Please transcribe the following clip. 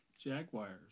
Jaguars